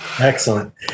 Excellent